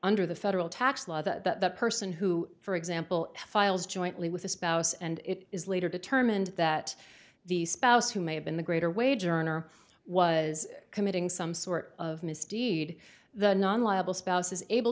under the federal tax law the person who for example files jointly with a spouse and it is later determined that the spouse who may have been the greater wage earner was committing some sort of misdeed the non liable spouse is able